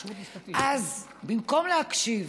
אז במקום להקשיב